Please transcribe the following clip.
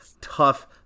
tough